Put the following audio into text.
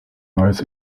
neues